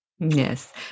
Yes